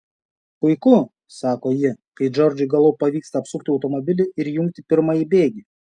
puiku sako ji kai džordžui galop pavyksta apsukti automobilį ir įjungti pirmąjį bėgį